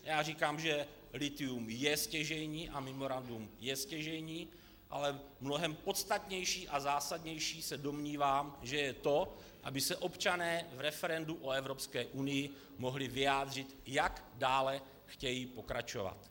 Já říkám, že lithium je stěžejní a memorandum je stěžejní, ale mnohem podstatnější a zásadnější se domnívám, že je to, aby se občané v referendu o Evropské unii mohli vyjádřit, jak dále chtějí pokračovat.